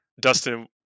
Dustin